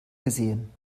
gesehen